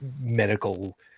medical